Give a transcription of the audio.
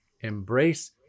embrace